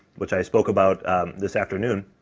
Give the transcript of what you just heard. which i spoke about this afternoon.